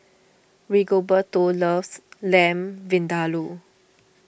Rigoberto loves Lamb Vindaloo